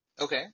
Okay